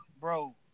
bro